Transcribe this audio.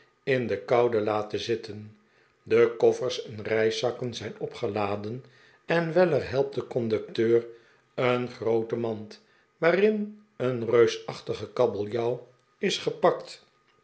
in de koude laten zitten de koffers en reiszakken zijn opgeladen en weller helpt den conducteur een groote mand waarin een reusachtige kabeljauw is gepakt